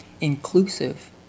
inclusive